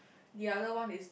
the other one is